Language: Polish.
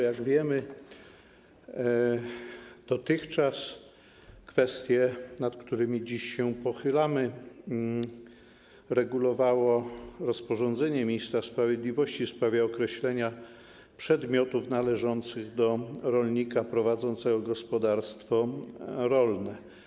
Jak wiemy dotychczas, kwestie, nad którymi dziś się pochylamy, regulowało rozporządzenie ministra sprawiedliwości w sprawie określenia przedmiotów należących do rolnika prowadzącego gospodarstwo rolne.